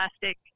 plastic